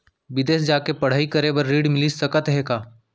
बिदेस जाके पढ़ई करे बर ऋण मिलिस सकत हे का?